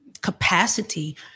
capacity